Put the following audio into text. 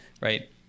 right